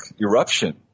eruption